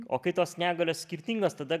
o kai tos negalios skirtingos tada